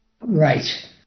right